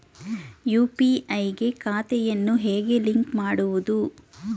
UPI ಗೆ ಖಾತೆಯನ್ನು ಹೇಗೆ ಲಿಂಕ್ ಮಾಡುವುದು?